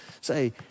say